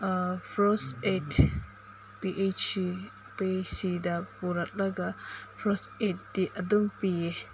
first aid P H ꯁꯤꯗ ꯄꯨꯔꯛꯂꯒ ꯐꯥꯔꯁ ꯑꯦꯠꯇꯤ ꯑꯗꯨꯝ ꯄꯤꯌꯦ